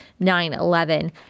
9-11